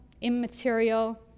immaterial